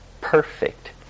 perfect